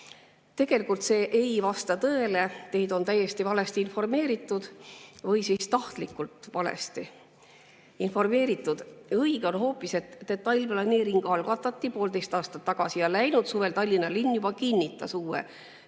Tegelikult ei vasta see tõele, teid on täiesti valesti informeeritud või tahtlikult valesti informeeritud. Õige on hoopis, et detailplaneering algatati poolteist aastat tagasi ja läinud suvel Tallinna linn juba kinnitas uue